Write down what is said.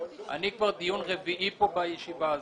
אני כבר דיון רביעי כאן בוועדה.